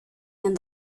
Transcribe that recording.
and